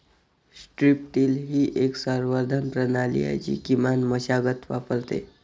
strip till ही एक संवर्धन प्रणाली आहे जी किमान मशागत वापरते